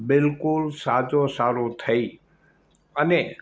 બિલકુલ સાજો સારો થઈ અને